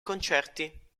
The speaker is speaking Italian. concerti